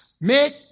make